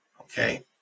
Okay